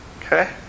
Okay